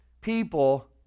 people